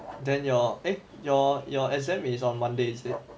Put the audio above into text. then your eh your your exam is on monday is it